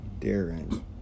Darren